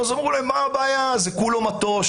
אמרו להם שזה כולו מטוש,